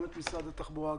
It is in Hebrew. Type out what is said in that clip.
גם את משרד התחבורה,